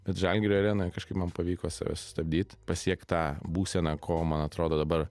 bet žalgirio arenoje kažkaip man pavyko save sustabdyt pasiekt tą būseną ko man atrodo dabar